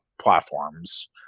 platforms